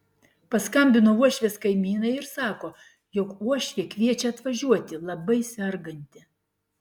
paskambino uošvės kaimynai ir sako jog uošvė kviečia atvažiuoti labai serganti